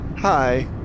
Hi